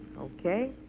Okay